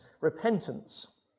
repentance